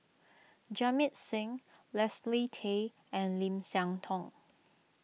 Jamit Singh Leslie Tay and Lim Siah Tong